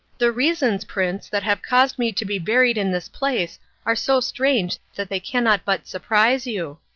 the reasons, prince, that have caused me to be buried in this place are so strange that they cannot but surprise you.